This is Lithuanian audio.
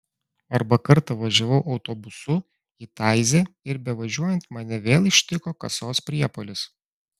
arba kartą važiavau autobusu į taizė ir bevažiuojant mane vėl ištiko kasos priepuolis